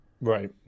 right